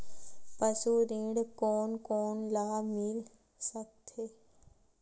पशु ऋण कोन कोन ल मिल सकथे?